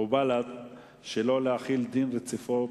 ובל"ד שלא להחיל דין רציפות